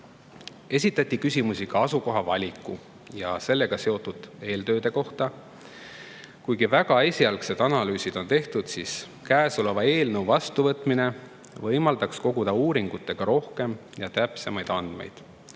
Esitati küsimusi ka asukohavaliku ja sellega seotud eeltööde kohta. Kuigi väga esialgsed analüüsid on tehtud, võimaldaks käesoleva eelnõu vastuvõtmine koguda uuringutega rohkem ja täpsemaid andmeid.